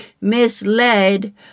misled